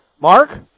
Mark